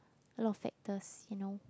a lot of factors you know